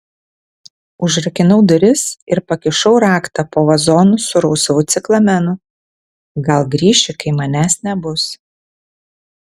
užrakinau duris ir pakišau raktą po vazonu su rausvu ciklamenu gal grįši kai manęs nebus